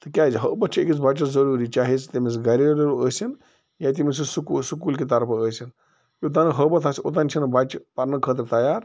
تِکیٛازِ ہٲبَتھ چھُ أکِس بَچَس ضروٗری چاہے سُہ تٔمِس گَھریلوٗ ٲسِن یا تٔمِس سُہ سکوٗل کہِ طرفہٕ ٲسِن یوٚتانۍ نہٕ ہٲبتھ آسہِ توٚتانۍ چھِنہٕ بَچہِ پَرنہٕ خٲطرٕ تیار